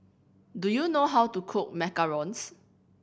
do you know how to cook macarons